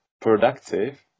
productive